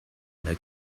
other